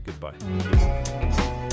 goodbye